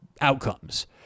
outcomes